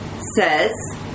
says